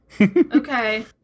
okay